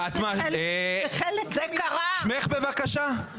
שמך בבקשה?